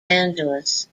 angeles